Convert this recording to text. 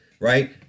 right